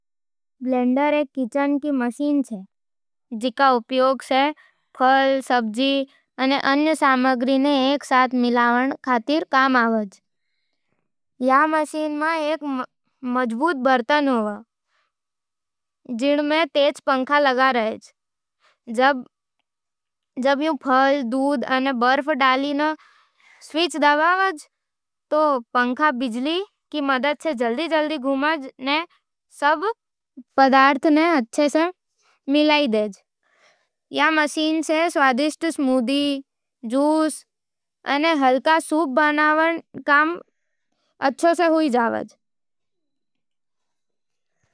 ब्लेंडर एक किचन री मशीन छे, जिको उपयोग फल, सब्जी अने अन्य सामग्री ने एकसाथ मिलावण खातर काम आवाज। ई मशीन में एक मजबूत बर्तन होवे, जिण में तेज पंखा लगे होवे। जब थूं फल, दूध, अने बर्फ डालके स्विच दबावै हो, तो पंखा बिजली की मदद से जल्दी-जल्दी घूमै है अने सब पदार्थ ने अच्छे से मिलाईडे। ई मशीन सै स्वादिष्ट स्मूदी, जूस अने हल्का सूप बनावण में आसानी हुई जवाज़।